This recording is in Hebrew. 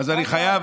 אבל אני חייב.